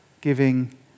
giving